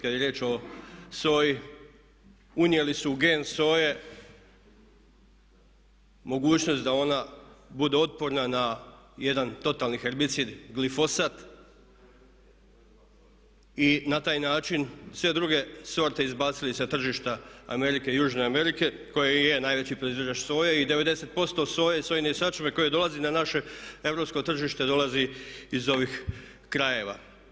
Kad je riječ o soji, unijeli su gen soje, mogućnost da ona bude otporna na jedan totalni herbicid, glifosad i na taj način sve druge sorte izbacili sa tržišta, Amerike i Južne Amerike i koja i je najveći proizvođač soje i 90% soje i sojine sačme koje dolazi na naše Europsko tržište dolazi iz ovih krajeva.